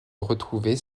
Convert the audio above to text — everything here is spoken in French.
retrouvés